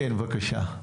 בבקשה.